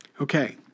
Okay